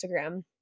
instagram